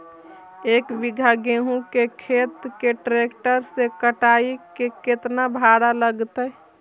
एक बिघा गेहूं के खेत के ट्रैक्टर से कटाई के केतना भाड़ा लगतै?